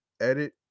edit